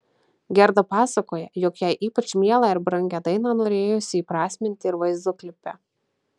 gerda pasakoja jog jai ypač mielą ir brangią dainą norėjusi įprasminti ir vaizdo klipe